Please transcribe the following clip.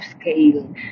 scale